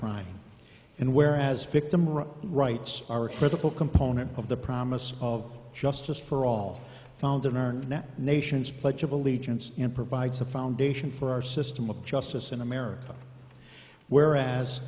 crime and where as victim or rights are a critical component of the promise of justice for all found in our net nations pledge of allegiance and provides a foundation for our system of justice in america where as